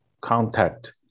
contact